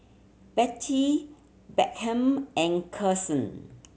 Bettye Beckham and Karson